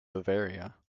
bavaria